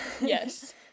Yes